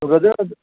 brother